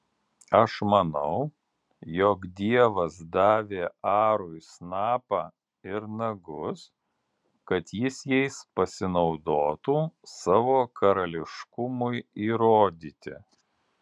aš manau jog dievas davė arui snapą ir nagus kad jis jais pasinaudotų savo karališkumui įrodyti